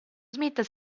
smith